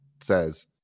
says